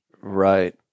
Right